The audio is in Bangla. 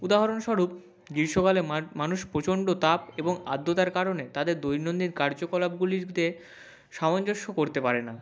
উদাহরণস্বরূপ গ্রীষ্মকালে মানুষ প্রচণ্ড তাপ এবং আর্দ্রতার কারণে তাদের দৈনন্দিন কার্যকলাপগুলিতে সামঞ্জস্য করতে পারে না